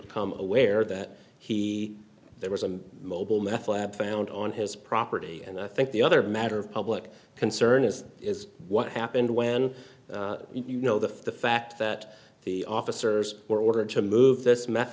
become aware that he there was a mobile meth lab found on his property and i think the other matter of public concern is is what happened when you know the fact that the officers were ordered to move this meth